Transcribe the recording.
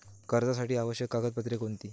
कर्जासाठी आवश्यक कागदपत्रे कोणती?